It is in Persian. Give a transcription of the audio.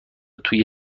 توی